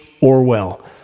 Orwell